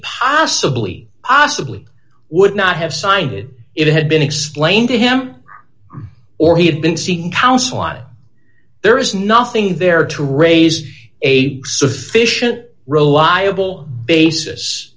possibly awesomely would not have signed it it had been explained to him or he had been seeking counsel out there is nothing there to raise a sufficient reliable basis